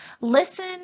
Listen